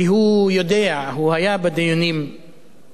כי הוא יודע, הוא היה בדיונים לאחרונה,